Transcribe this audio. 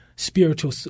Spiritual